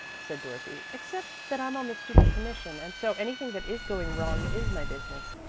said dorothy, except that i'm on the students' commission, and so anything that is going wrong is my business.